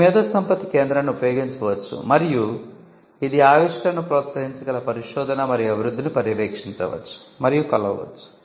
మీరు మేధోసంపత్తి కేంద్రాన్ని ఉపయోగించవచ్చు మరియు ఇది ఆవిష్కరణను ప్రోత్సహించగల పరిశోధన మరియు అభివృద్ధిని పర్యవేక్షించవచ్చు మరియు కొలవవచ్చు